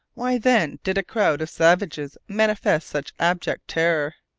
why then did a crowd of savages manifest such abject terror?